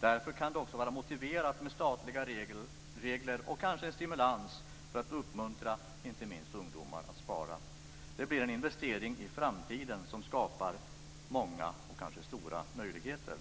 Därför kan det också vara motiverat med statliga regler och kanske en stimulans för att uppmuntra inte minst ungdomar att bospara. Det blir en investering i framtiden som skapar stora och många möjligheter.